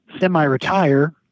semi-retire